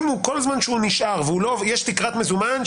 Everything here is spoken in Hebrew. יש תקרת מזומן,